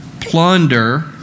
plunder